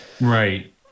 Right